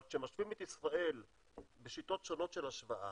אבל כשמשווים את ישראל בשיטות שונות של השוואה